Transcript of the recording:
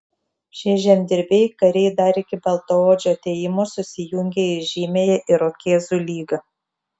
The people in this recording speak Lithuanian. šie žemdirbiai kariai dar iki baltaodžių atėjimo susijungė į įžymiąją irokėzų lygą